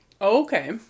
Okay